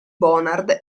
bonard